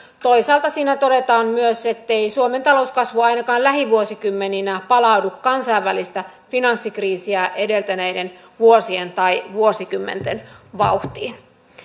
toisaalta siinä todetaan myös ettei suomen talouskasvu ainakaan lähivuosikymmeninä palaudu kansainvälistä finanssikriisiä edeltäneiden vuosien tai vuosikymmenten vauhtiin